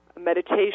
meditation